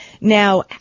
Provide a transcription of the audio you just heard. Now